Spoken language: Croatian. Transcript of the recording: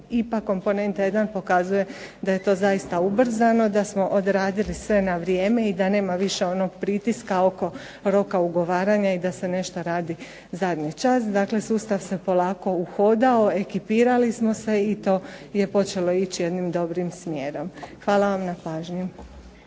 IPA komponenta jedan pokazuje da je to zaista ubrzano, da smo odradili sve na vrijeme, i da nema više onog pritiska oko roka ugovaranja i da se nešto radi zadnji čas. Dakle sustav se polako uhodao, ekipirali smo se i to je počelo ići jednim dobrim smjerom. Hvala vam na pažnji.